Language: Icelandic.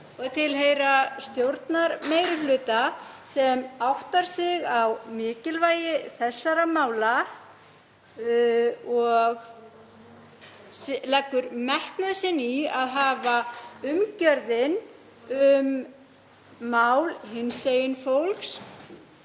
og tilheyra stjórnarmeirihluta sem áttar sig á mikilvægi þessara mála og leggur metnað sinn í að hafa umgjörðina um mál hinsegin fólks